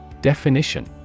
Definition